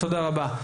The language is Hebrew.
תודה רבה.